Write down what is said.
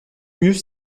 mieux